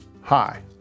Hi